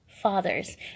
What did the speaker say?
fathers